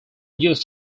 used